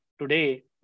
today